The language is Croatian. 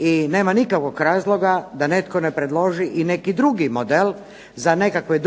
I nema nikakvog razloga da netko ne predloži i neki drugi model za nekakve